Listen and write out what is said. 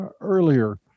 earlier